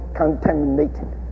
contaminated